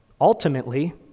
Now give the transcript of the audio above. Ultimately